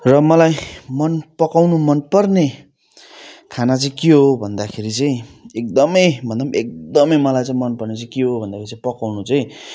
र मलाई मन पकाउनु मन पर्ने खाना चाहिँ के हो भन्दाखेरि चाहिँ एकदमै भन्दा एकदमै मलाई चाहिँ मन पर्ने चाहिँ के हो भन्दाखेरि चाहिँ पकाउनु चाहिँ